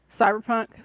Cyberpunk